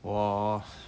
我